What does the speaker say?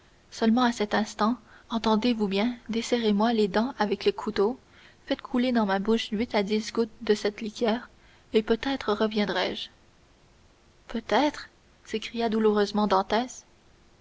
seulement à cet instant entendez-vous bien desserrez moi les dents avec le couteau faites couler dans ma bouche huit à dix gouttes de cette liqueur et peut-être reviendrai-je peut-être s'écria douloureusement dantès